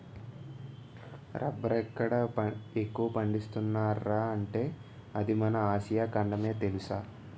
రబ్బరెక్కడ ఎక్కువ పండిస్తున్నార్రా అంటే అది మన ఆసియా ఖండమే తెలుసా?